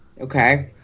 Okay